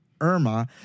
Irma